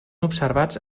observats